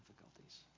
difficulties